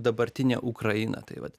dabartinė ukraina tai vat